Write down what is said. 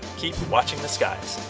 keep watching the skies.